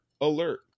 Alert